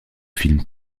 films